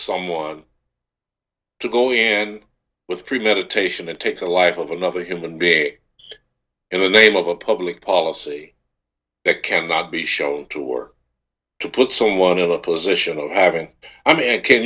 someone to go in and with premeditation and take the life of another human being in the name of a public policy that cannot be shown to work to put someone in a position of having i mean can